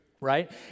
right